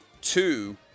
Two